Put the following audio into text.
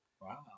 Wow